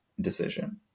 decision